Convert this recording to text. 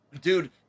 Dude